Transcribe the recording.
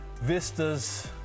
vistas